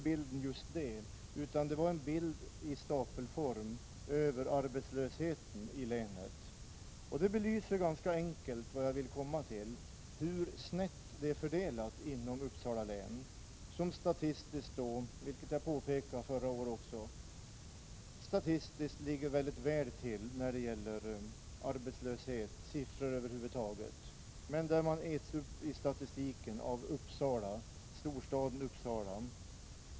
Men tyvärr var det en bild i stapelform över arbetslösheten i länet. Det här belyser på ett ganska enkelt sätt vad jag ville komma till, nämligen hur arbetslösheten är fördelad inom Uppsala län, som statistiskt ligger mycket väl till, vilket jag påpekade förra året också. Men statistiken domineras av storstaden Uppsala.